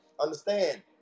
understand